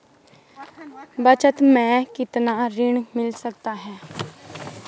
बचत मैं कितना ऋण मिल सकता है?